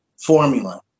formula